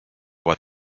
what